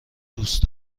دوست